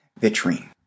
vitrine